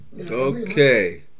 Okay